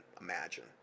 imagine